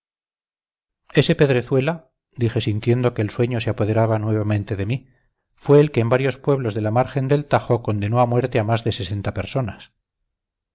también ese pedrezuela dije sintiendo que el sueño se apoderaba nuevamente de mí fue el que en varios pueblos de la margen del tajo condenó a muerte a más de sesenta personas